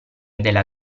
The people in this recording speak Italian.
della